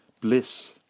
Bliss